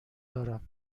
دارم